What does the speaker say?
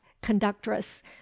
conductress